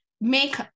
make